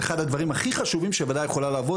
אחד הדברים הכי חשובים שהוועדה יכולה לעבוד,